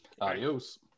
adios